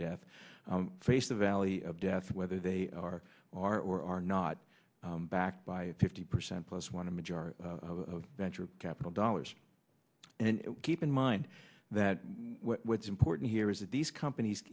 death face the valley of death whether they are are or are not backed by a fifty percent plus one a majority of venture capital dollars and keep in mind that what's important here is that these companies